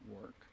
work